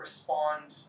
respond